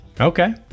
Okay